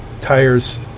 tires